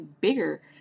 bigger